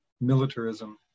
militarism